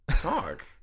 talk